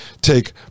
take